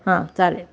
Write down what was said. हां चालेल